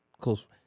close